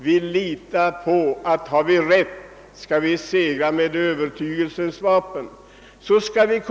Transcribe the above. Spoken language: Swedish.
Vi litar på att har vi rätt skall vi segra med övertygelsens vapen.